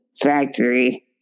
factory